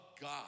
God